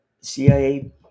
CIA